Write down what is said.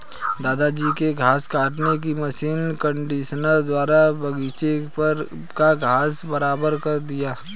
दादाजी ने घास काटने की मशीन कंडीशनर द्वारा बगीची का घास बराबर कर दिया